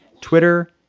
Twitter